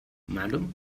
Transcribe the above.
madam